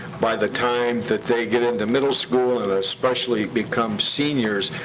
by the time that they get into middle school, and especially become seniors,